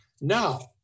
Now